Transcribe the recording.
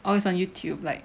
orh is on Youtube like